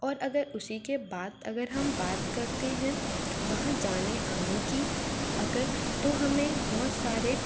और अगर उसी के बाद अगर हम बात करते हैं वहाँ जाने आने की अगर तो हमें बहुत सारे